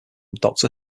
doctor